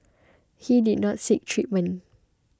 he did not seek treatment